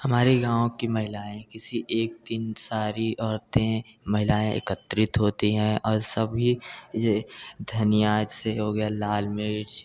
हमारे गाँव कि महिलाएँ इसी एक तीन सारी औरतें महिलाएँ एकत्रित होती है और सभी ये धनिया से हो गया लाल मिर्च